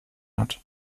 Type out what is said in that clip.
hat